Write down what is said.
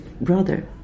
brother